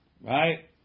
Right